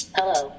Hello